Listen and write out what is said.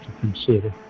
consider